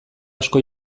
asko